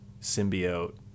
symbiote